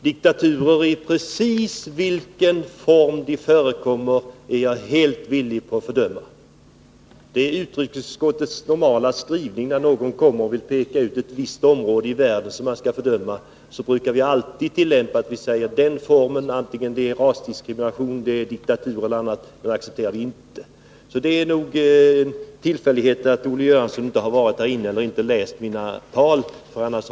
Fru talman! Jag är helt villig att fördöma diktaturer, i vilken form de än förekommer. När någon vill peka ut ett visst område i världen som man skall fördöma, så brukar vi i utrikesutskottet alltid säga att den formen, vare sig det är rasdiskriminering eller diktatur, accepterar vi inte. Det är nog tillfälligheter som gjort att Olle Göransson inte har varit här i kammaren när jag tagit upp detta eller inte har läst mina tal.